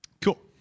Cool